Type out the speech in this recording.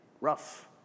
rough